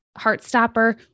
Heartstopper